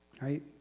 right